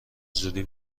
زودی